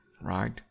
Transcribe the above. right